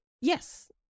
Yes